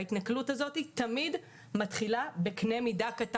ההתנכלות הזאת תמיד מתחילה בקנה מידה קטנה.